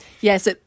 Yes